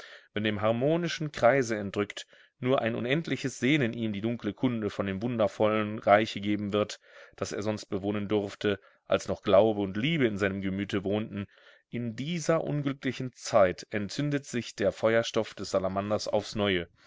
wenn dem harmonischen kreise entrückt nur ein unendliches sehnen ihm die dunkle kunde von dem wundervollen reiche geben wird das er sonst bewohnen durfte als noch glaube und liebe in seinem gemüte wohnten in dieser unglücklichen zeit entzündet sich der feuerstoff des salamanders aufs neue